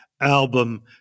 album